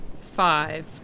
five